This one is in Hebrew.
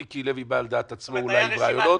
מיקי זוהר בא על דעת עצמו אולי עם רעיונות.